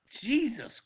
Jesus